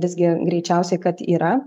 visgi greičiausiai kad yra